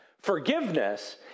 Forgiveness